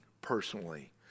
personally